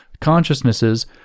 consciousnesses